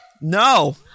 No